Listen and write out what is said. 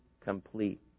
complete